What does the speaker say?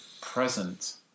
present